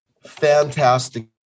fantastic